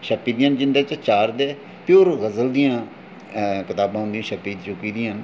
छपी दियां न जिं'दे च चार ते प्योर गज़ल दियां उं'दियां छपी चुकी दियां न